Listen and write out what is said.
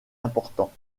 important